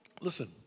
listen